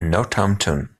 northampton